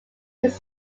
his